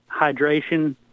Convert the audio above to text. hydration